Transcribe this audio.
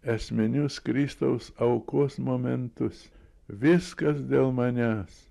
esminius kristaus aukos momentus viskas dėl manęs